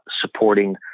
supporting